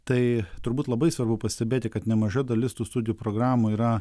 tai turbūt labai svarbu pastebėti kad nemaža dalis tų studijų programų yra